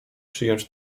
przyjąć